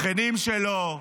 שכנים שלו,